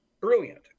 brilliant